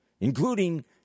including